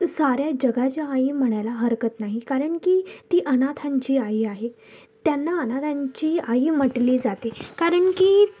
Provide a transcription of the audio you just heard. साऱ्या जगाची आई म्हणायला हरकत नाही कारण की ती अनाथांची आई आहे त्यांना अनाथांची आई म्हटले जाते कारण की